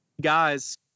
guys